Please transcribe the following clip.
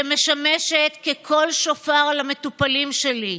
שמשמשת כקול, שופר, למטופלים שלי,